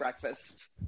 breakfast